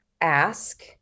ask